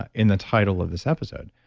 and the title of this episode.